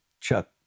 Chuck